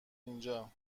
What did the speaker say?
اینجا